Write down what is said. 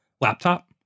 laptop